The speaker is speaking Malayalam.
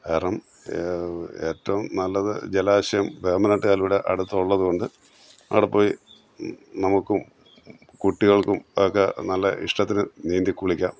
കാരണം ഏറ്റവും നല്ലത് ജലാശയം വേമ്പനാട്ട് കായൽ ഇവിടെ അടുത്ത് ഉള്ളതുകൊണ്ട് അവിടെ പോയി നമുക്കും കുട്ടികൾക്കും ഒക്കെ നല്ല ഇഷ്ടത്തിന് നീന്തി കുളിക്കാം